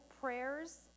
prayers